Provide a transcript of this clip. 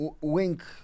Wink